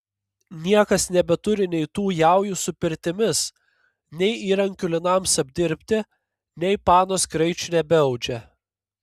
niekas nebeturi nei tų jaujų su pirtimis nei įrankių linams apdirbti nei panos kraičių nebeaudžia